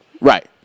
Right